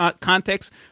context